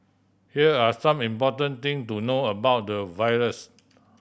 here are some important thing to know about the virus